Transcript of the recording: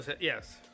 Yes